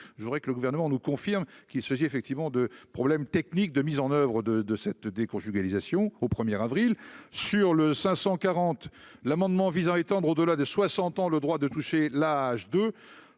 je voudrais que le gouvernement nous confirme qu'il s'agit effectivement de problèmes techniques de mise en oeuvre de de cette déconjugalisation au premier avril sur le 540 l'amendement visant à étendre au-delà de 60 ans, le droit de toucher l'âge